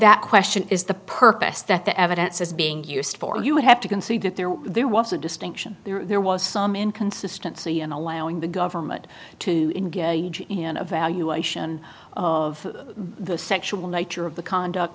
that question is the purpose that the evidence is being used for you would have to concede that there were there was a distinction there was some inconsistency in allowing the government to engage in evaluation of the sexual nature of the conduct